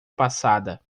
passada